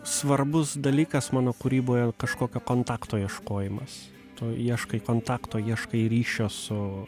svarbus dalykas mano kūryboje kažkokio kontakto ieškojimas tu ieškai kontakto ieškai ryšio su